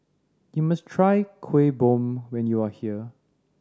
you must try Kuih Bom when you are here